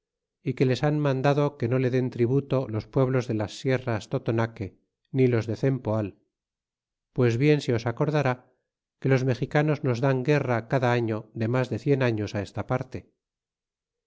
y que les han mandado que no le den tributo los pueblos de las sierras totonaque ni los de cempoal pues bien se os acordará que los mexicanos nos dan guerra cada ario de mas de cien arios á esta parte